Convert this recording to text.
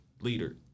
leader